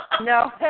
No